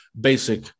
basic